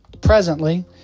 presently